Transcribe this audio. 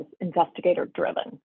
investigator-driven